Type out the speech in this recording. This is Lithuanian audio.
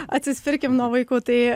atsispirkim nuo vaikų tai